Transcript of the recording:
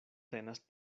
tenas